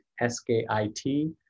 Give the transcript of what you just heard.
S-K-I-T